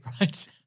right